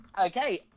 Okay